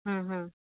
ହୁଁ ହୁଁ